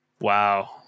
wow